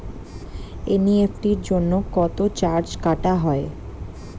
NEFT জন্য কত charge কাটা হয়?